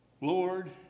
Lord